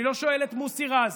אני לא שואל את מוסי רז